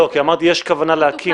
לא, כי אמרת: יש כוונה להקים.